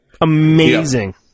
Amazing